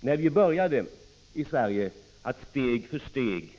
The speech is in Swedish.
När vi i Sverige började att steg för steg